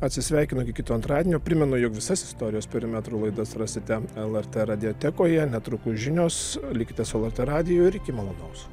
atsisveikinu iki kito antradienio primenu jog visas istorijos perimetrų laidas rasite lrt radijotekoje netrukus žinios likite su lrt radiju ir iki malonaus